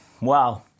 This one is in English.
wow